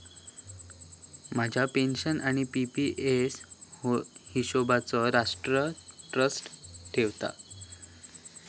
माझ्या पेन्शन आणि P P F हिशोबचो राष्ट्र ट्रस्ट ठेवता